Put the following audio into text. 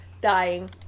dying